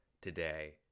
today